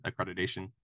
accreditation